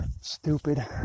Stupid